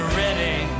ready